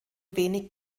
wenig